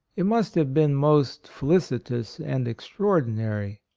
it must have been most felicit ous and extraordinary.